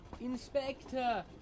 Inspector